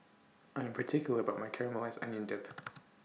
I Am particular about My Caramelized Maui Onion Dip